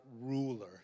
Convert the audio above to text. ruler